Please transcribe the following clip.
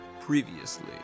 Previously